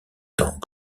temps